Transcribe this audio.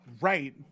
Right